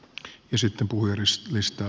ja sitten puhujalistaan